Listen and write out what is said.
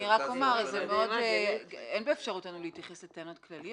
אין באפשרותנו להתייחס לטענות כלליות.